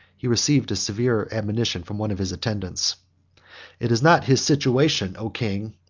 he received a severe admonition from one of his attendants it is not his situation, o king!